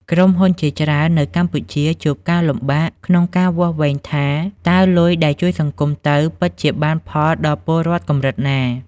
ក្រុមហ៊ុនជាច្រើននៅកម្ពុជាជួបការលំបាកក្នុងការវាស់វែងថា តើលុយដែលជួយសង្គមទៅ ពិតជាបានផលដល់ពលរដ្ឋកម្រិតណា។